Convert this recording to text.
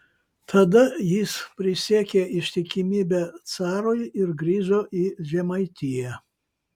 tada jis prisiekė ištikimybę carui ir grįžo į žemaitiją